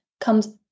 comes